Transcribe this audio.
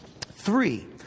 three